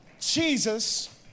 Jesus